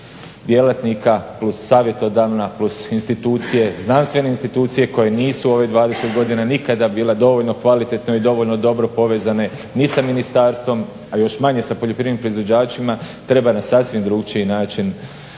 djelatnika plus savjetodavna, plus institucije, znanstvene institucije koje nisu ovih 20 godina nikada bila dovoljno kvalitetno i dovoljno dobro povezane ni sa ministarstvom a još manje sa poljoprivrednim proizvođačima treba na sasvim drukčiji način